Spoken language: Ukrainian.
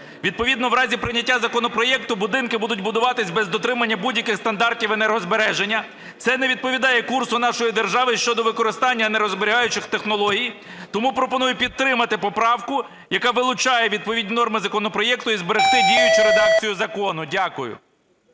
Відповідно в разі прийняття законопроекту будинки будуть будуватися без дотримання будь-яких стандартів енергозбереження. Це не відповідає курсу нашої держави щодо використання енергозберігаючих технологій. Тому пропоную підтримати поправку, яка вилучає відповідні норми законопроекту, і зберегти діючу редакцію закону. Дякую.